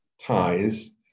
ties